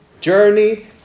Journeyed